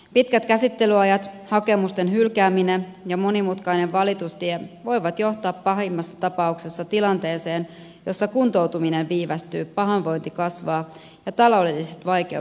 pitkät käsittelyajat hakemusten hylkääminen ja monimutkainen valitustie voivat johtaa pahimmassa tapauksessa tilanteeseen jossa kuntoutuminen viivästyy pahoinvointi kasvaa ja taloudelliset vaikeudet syvenevät